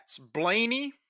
Blaney